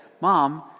mom